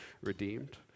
redeemed